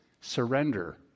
surrender